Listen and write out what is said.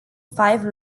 five